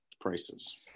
prices